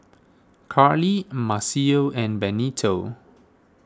Karlie Maceo and Benito